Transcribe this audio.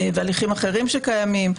והליכים אחרים שקיימים,